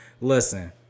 Listen